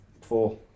Four